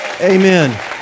Amen